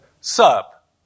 Sup